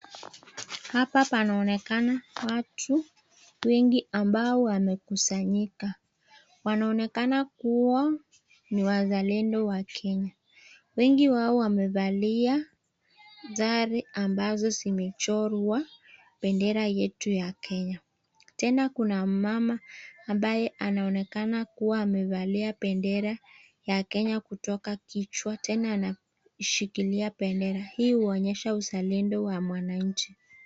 Hapa panaoneka watu wengi ambao wamekusanyika, wanaonekana kuwa ni wazalendo wa Kenya ,wengi wao wamevalia sare ambazo zimechorwa bendera yetu ya Kenya, Tena Kuna mama ambaye anaonekana kuwa amevalia bendera ya kinywa kutoka kichwa ,tena ameshikilia bendera hii huonyesha uzalendo Wa mwananchi.